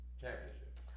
Championship